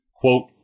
Quote